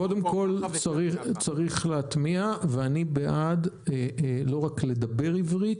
קודם כול צריך להטמיע, ואני בעד לא רק לדבר עברית,